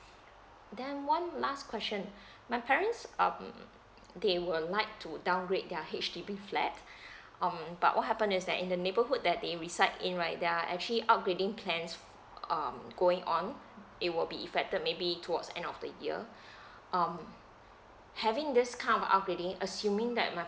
then one last question my parents um they will like to downgrade their H_D_B flat um but what happen is that in the neighborhood that they reside in right there are actually upgrading plans um going on it will be effected maybe towards end of the year um having this come upgrading assuming that my